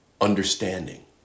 understanding